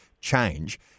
change